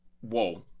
Whoa